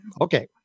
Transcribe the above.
okay